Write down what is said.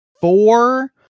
four